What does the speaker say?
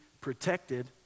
protected